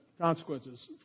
consequences